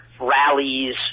rallies